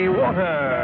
water